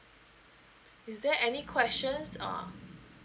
is there any questions um